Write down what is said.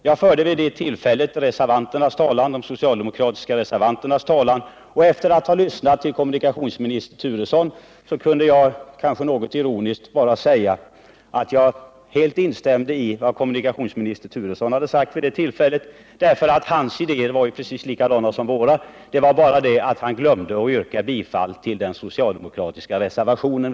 Jag förde vid det tillfället de socialdemokratiska reservanternas talan, och efter att ha lyssnat till förre kommunikationsministern Turesson kunde jag, kanske något ironiskt, bara säga att jag helt instämde i vad kommunikationsministern sagt. Han åsikter var helt i linje med våra. Det var bara det att han glömde att yrka bifall till den socialdemokratiska reservationen.